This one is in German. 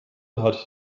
hat